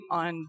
on